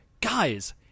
guys